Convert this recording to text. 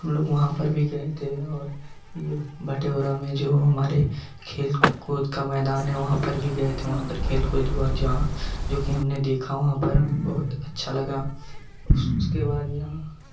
हम लोग वहाँ पर भी गए थे और यह भाटोरा में जो हमारे खेलकूद का मैदान है वहाँ पर भी गए थे वहाँ पर खेलकूद हुआ जो कि हमने देखा वहाँ पर हमें बहुत अच्छा लगा उस उसके बाद यहाँ